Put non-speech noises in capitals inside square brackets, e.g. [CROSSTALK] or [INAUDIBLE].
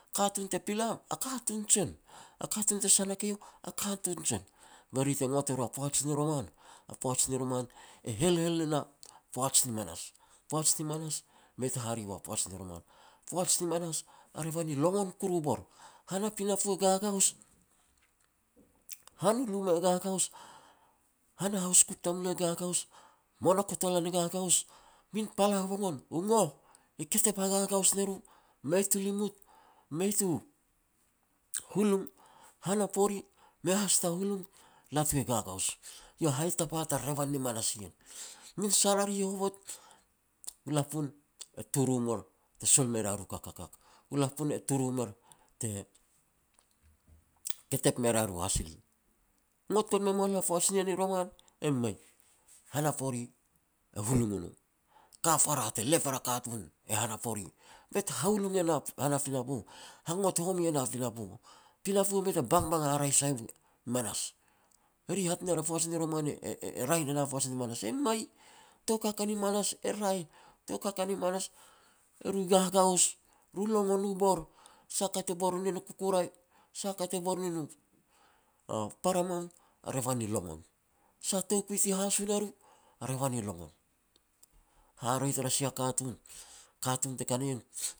katun te pilam, a katun jen, a katun te sanak eiau, a katun jen. Be ri te ngot e ru a poaj ni roman, poaj ni roman e helhel ne na poaj ni manas. Poaj ni manas mei ta hare ua poaj ni roman. Poaj ni manas, a revan i longon kuru bor. Han a pinapo e gagaos, han u luma e gagaos, han a haus kuk tamulo e gagaos, monakotolan e gagaos, min pal havaogon, u ngoh ketep hagagaos ne ru. Mei tu limut, mei tu hulung, han a pore mei has ta hulung, latu e gagaos. Iau a hai tapa tara revAn ni manas ien. Min sarare hovot, u lapun e turu mer te sual me ria ru kakakak, lapun e turu mer te ketep me ria ru hasili. Ngot gon me moa lu a poaj nien i roman, e mei, han a pore e hulung o no. Ka para te lep er a katun han a pore, be te hahulung e na han a pinapo, hangot home e na han a pinapo. Pinapo mei ta bangbang sai u, manas. Eri e hat ner poaj ni roman e-e-e raeh ne na poaj ni manas, e mei. Tou kaka ni manas e raeh, tou kaka ni manas eri gagaos, ru longon u bor sah a ka ti bor nin u kukurai, sa a ka te bor nin a [HESITATION] paramaun. A revan i longon. Sah toukui ti haso ne ru, a revan i longon. Haharoi tara sia katun, katun teka na ien